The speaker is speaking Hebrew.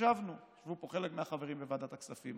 ישבו פה חלק מהחברים בוועדת הכספים.